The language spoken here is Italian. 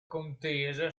contesa